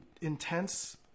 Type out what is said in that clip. intense